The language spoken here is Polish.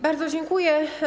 Bardzo dziękuję.